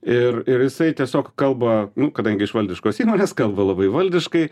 ir ir jisai tiesiog kalba nu kadangi iš valdiškos įmonės kalba labai valdiškai